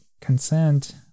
consent